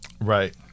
right